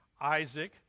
isaac